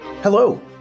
Hello